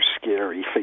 scary